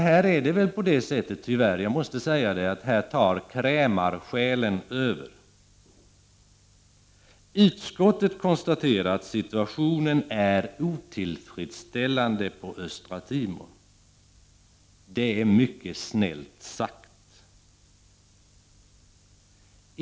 Här tar tyvärr krämarsjälen över. Utskottet konstaterar att situationen är otillfredsställande på Östra Timor. Det är mycket snällt sagt.